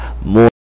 more